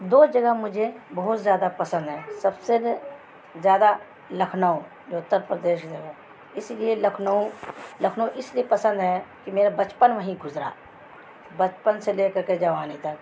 دو جگہ مجھے بہت زیادہ پسند ہے سب سے زیادہ لکھنؤ جو اتر پردیش جگہ اس لیے لکھنؤ لکھنؤ اس لیے پسند ہے کہ میرا بچپن وہیں گزرا بچپن سے لے کر کے جوانی تک